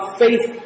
faith